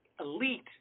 elite